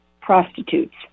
prostitutes